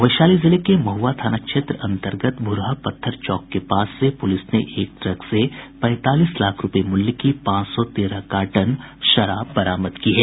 वैशाली जिले के महुआ थाना क्षेत्र अंतर्गत भूरहा पत्थर चौक के पास पुलिस ने एक ट्रक से पैंतालीस लाख रूपये मूल्य की पांच सौ तेरह कार्टन शराब बरामद की है